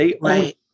Right